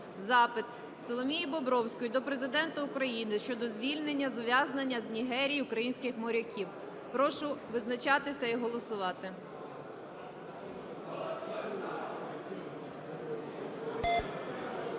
запит Соломії Бобровської до Президента України щодо звільнення з ув'язнення з Нігерії українських моряків. Прошу визначатися і голосувати.